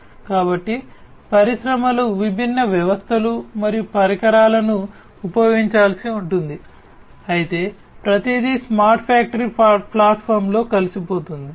కాబట్టి పరిశ్రమలు విభిన్న వ్యవస్థలు మరియు పరికరాలను ఉపయోగించాల్సి ఉంటుంది అయితే ప్రతిదీ స్మార్ట్ ఫ్యాక్టరీ ప్లాట్ఫామ్లో కలిసిపోతుంది